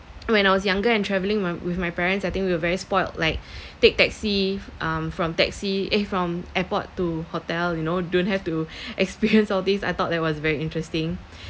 when I was younger and travelling my with my parents I think we were very spoilt like take taxi um from taxi eh from airport to hotel you know don't have to experience all these I thought that was very interesting